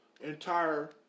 entire